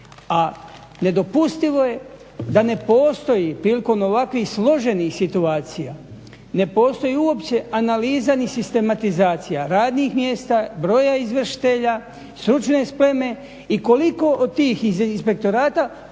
A nedopustivo je da ne postoji prilikom ovakvih složenih situacija ne postoji uopće analiza ni sistematizacija radnih mjesta, broja izvršitelja, stručne spreme i koliko od tih iz inspektorata